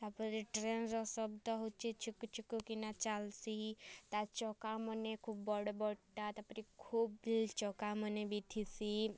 ତା'ର୍ପରେ ଟ୍ରେନ୍ର ଶବ୍ଦ ହେଉଛେ ଛୁକୁ ଛୁକୁ କିନା ଚାଲ୍ସି ତା'ର୍ ଚକାମାନେ ଖୁବ୍ ବଡ଼୍ ବଡ଼୍ଟା ତା'ର୍ପରେ ଖୁବ୍ ଚକାମାନେ ଥିସି